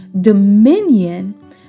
dominion